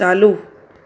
चालू